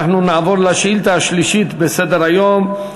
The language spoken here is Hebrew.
אנחנו נעבור לשאילתה השלישית בסדר-היום.